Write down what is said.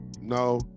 No